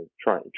try